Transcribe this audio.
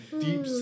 deep